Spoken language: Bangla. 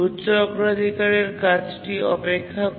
উচ্চ অগ্রাধিকারের কাজটি অপেক্ষা করে